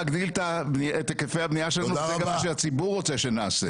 להגדיל את היקפי הבנייה שלנו וזה גם מה שהציבור רוצה שנעשה.